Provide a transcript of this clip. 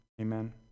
Amen